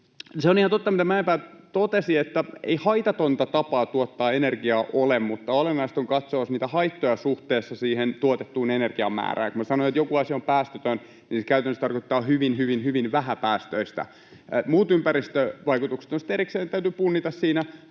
Se on ihan totta, mitä Mäenpää totesi, että ei ole haitatonta tapaa tuottaa energiaa, mutta olennaista on katsoa niitä haittoja suhteessa tuotettuun energian määrään. Kun sanon, että joku asia on päästötön, niin se käytännössä tarkoittaa hyvin hyvin hyvin vähäpäästöistä. Muut ympäristövaikutukset ovat sitten erikseen, ja ne täytyy punnita siinä,